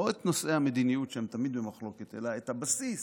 לא נושאי המדיניות, שהם תמיד במחלוקת, אלא הבסיס,